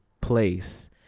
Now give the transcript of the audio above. place